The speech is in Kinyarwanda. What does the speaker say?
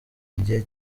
igihe